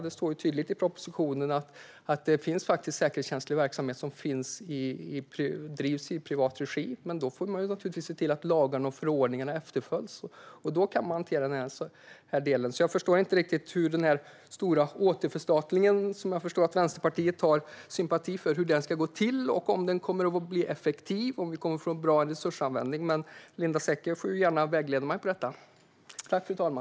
Det står tydligt i propositionen att det finns säkerhetskänslig verksamhet som drivs i privat regi, men då får man naturligtvis se till att lagar och förordningar efterföljs. Då kan man hantera den delen. Jag förstår alltså inte riktigt hur det stora återförstatligandet, som jag förstår att Vänsterpartiet sympatiserar med, ska gå till och om det kommer att bli effektivt så att vi får en bra resursanvändning. Linda Snecker får gärna vägleda mig i detta.